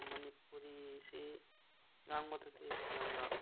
ꯃꯅꯤꯄꯨꯔꯤꯁꯤ ꯉꯥꯡꯕꯗꯗꯤ ꯌꯥꯝꯅ